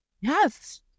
Yes